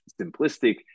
simplistic